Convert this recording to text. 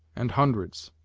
and hundreds.